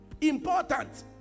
important